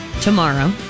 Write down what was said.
tomorrow